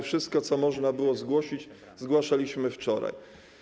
Wszystko, co można było zgłosić, zgłaszaliśmy wczoraj.